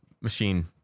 machine